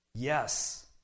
Yes